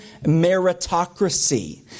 meritocracy